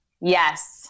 Yes